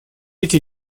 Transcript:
эти